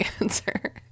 answer